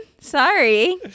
sorry